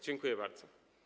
Dziękuję bardzo.